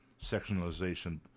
sectionalization